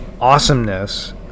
awesomeness